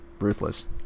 Ruthless